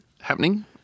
happening